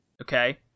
Okay